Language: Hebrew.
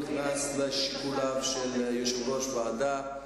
לא נכנס לשיקוליו של יושב-ראש הוועדה,